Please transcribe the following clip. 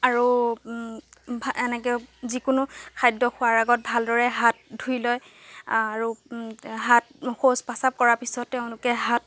আৰু ভা এনেকৈ যিকোনো খাদ্য খোৱাৰ আগত ভালদৰে হাত ধুই লয় আৰু হাত শৌচ পেচাব কৰা পিছত তেওঁলোকে হাত